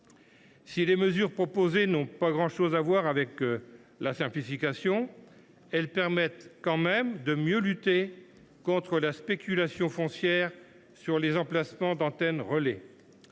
si les mesures proposées n’ont pas grand chose à voir avec la simplification, elles permettent tout de même de mieux lutter contre la spéculation foncière sur les emplacements d’antennes relais.